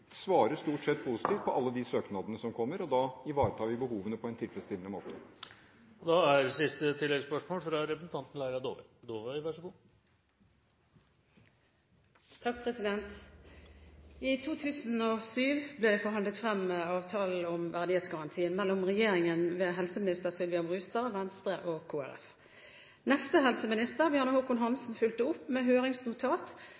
stort sett er positive på alle søknadene som kommer, og da ivaretar vi behovene på en tilfredsstillende måte. Laila Dåvøy – til oppfølgingsspørsmål. I 2007 ble det forhandlet frem en avtale om verdighetsgaranti mellom regjeringen ved helseminister Sylvia Brustad, Venstre og Kristelig Folkeparti. Neste helseminister, Bjarne Håkon